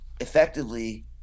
effectively